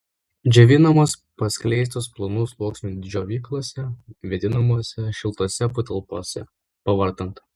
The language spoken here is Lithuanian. džiovinamos paskleistos plonu sluoksniu džiovyklose vėdinamose šiltose patalpose pavartant